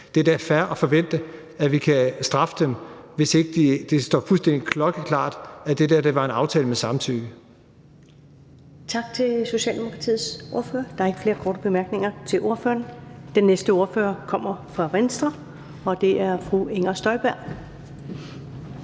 Det er da fair at forvente, at vi kan straffe dem, hvis ikke det står fuldstændig klokkeklart, at det dér var en aftale med samtykke. Kl. 12:09 Første næstformand (Karen Ellemann): Tak til Socialdemokratiets ordfører. Der er ikke flere korte bemærkninger til ordføreren. Den næste ordfører kommer fra Venstre, og det er fru Inger Støjberg.